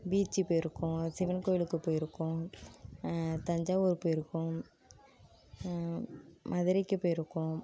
பீச்சி போயிருக்கோம் சிவன் கோயிலுக்கு போயிருக்கோம் தஞ்சாவூர் போயிருக்கோம் மதுரைக்கு போயிருக்கோம்